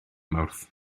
mawrth